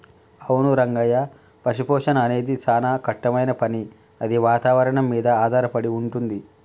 అవును రంగయ్య పశుపోషణ అనేది సానా కట్టమైన పని అది వాతావరణం మీద ఆధారపడి వుంటుంది